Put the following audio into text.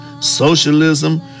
socialism